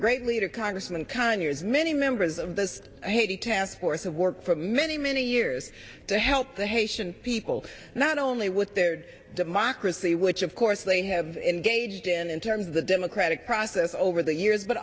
great leader congressman conyers many members of this haiti task force to work for many many years to help the haitian people not only with their democracy which of course they have engaged in in terms of the democratic process over the years but